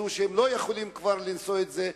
שהם לא יכולים יותר לשאת את זה.